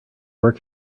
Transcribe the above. work